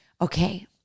okay